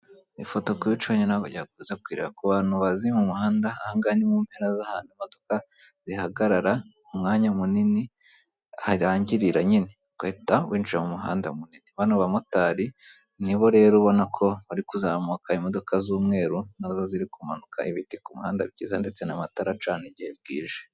Ifoto kuba icuramye ntabwo byakubuza kuyireba ku bantu bazi mu muhanda ahangaha ni mu mpera z'ahantu imodoka zihagarara umwanya munini harangirira nyine ugahita winjira mu muhanda munini bani babamotari nibo rero ubona ko bari kuzamuka, imodoka z'umweru nazo ziri kumanuka. Ibiti ku muhanda byiza ndetse n'amatara acana igihe bwije.